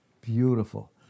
Beautiful